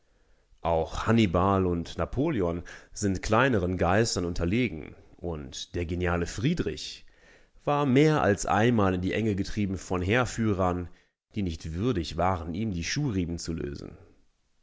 auch hannibal und napoleon sind kleineren geistern unterlegen und der geniale friedrich war mehr als einmal in die enge getrieben von heerführern die nicht würdig waren ihm die schuhriemen zu lösen